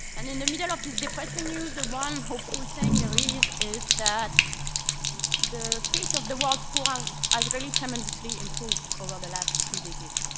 and in the middle of this depressing news, the one hopeful thing there is is that the fate of the world's world's poor has really tremendously improved over the last three decades.